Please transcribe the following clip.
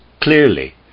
clearly